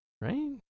right